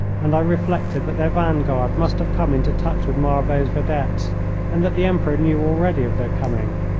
and i reflected that their vanguard must have come into touch with marbot's vedettes and that the emperor knew already of their coming.